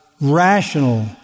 rational